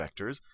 vectors